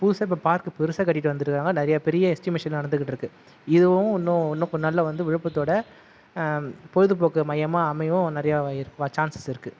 புதுசாக இப்போ பார்க் பெருசாக கட்டிவிட்டு வந்துவிட்டு இருக்காங்க நிறையா பெரிய எஸ்டிமேஷன் நடந்துகிட்டு இருக்குது இதுவும் இன்னும் கொஞ்ச நாளில் வந்து விழுப்புரத்தோடய பொழுதுபோக்கு மையமாக அமையவும் நிறையா சான்சஸ் இருக்குது